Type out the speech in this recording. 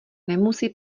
nemusí